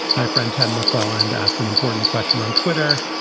my friend ted mcclelland asked an important question on twitter.